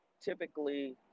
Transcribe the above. typically